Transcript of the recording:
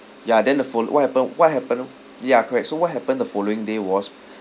ya then the foll~ what happened what happened ya correct so what happened the following day was